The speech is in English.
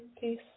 Peace